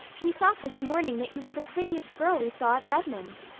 we thought this morning that you were the prettiest girl we saw at redmond.